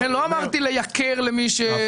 לכן לא אמרתי לייקר למי שמקבל את הדוחות בדואר.